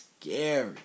scary